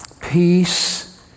peace